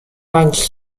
punch